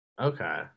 okay